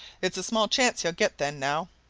it's small chance he'll get, then, now!